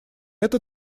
это